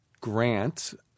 Grant